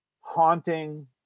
haunting